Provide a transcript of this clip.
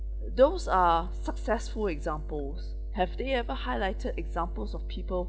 those are successful examples have they ever highlighted examples of people